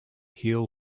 heal